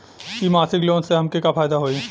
इ मासिक लोन से हमके का फायदा होई?